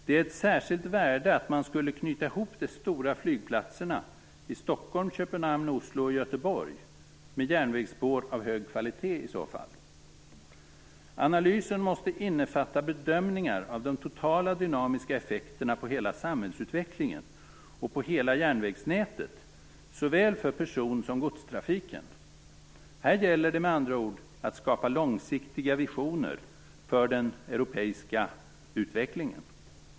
Det är av ett särskilt värde att man skulle knyta ihop de stora flygplatserna i Stockholm, Köpenhamn, Oslo och Göteborg med järnvägsspår av hög kvalitet i så fall. Analysen måste innefatta bedömningar av de totala dynamiska effekterna på hela samhällsutvecklingen och på hela järnvägsnätet, såväl för person som godstrafiken. Här gäller det med andra ord att skapa långsiktiga visioner för den europeiska utvecklingen.